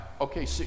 okay